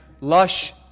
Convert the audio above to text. lush